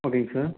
ஓகேங்க சார்